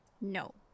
No